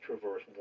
traverse